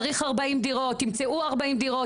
צריך 40 דירות תמצאו 40 דירות.